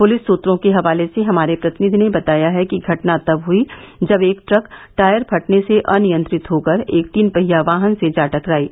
police सुत्रों के हवाले से हमारे प्रतिनिधि ने बताया है कि घटना तब हयी जब एक ट्रक टायर फटने से अनियंत्रित होकर एक तीन पहिया वाहन से जा टकरायी